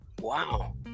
Wow